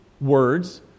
words